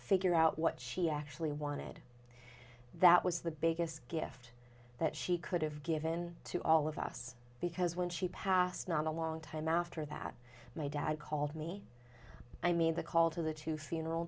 figure out what she actually wanted that was the biggest gift that she could have given to all of us because when she passed not a long time after that my dad called me i made the call to the two funeral